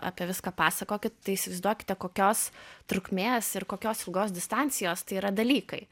apie viską pasakokit tai įsivaizduokite kokios trukmės ir kokios ilgos distancijos tai yra dalykai